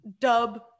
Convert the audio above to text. dub